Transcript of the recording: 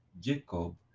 Jacob